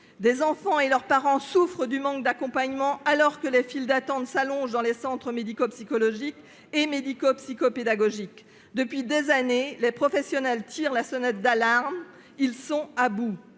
Des enfants et leurs parents souffrent du manque d'accompagnement, alors que les files d'attente s'allongent dans les centres médico-psychologiques et médico-psycho-pédagogiques. Depuis des années, les professionnels tirent la sonnette d'alarme. Ils sont à bout.